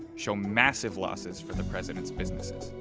show massive losses for the president's businesses.